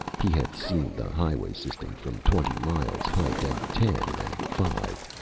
he had seen the highway system from twenty miles height, and ten, and five.